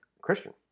Christian